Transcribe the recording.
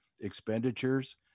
expenditures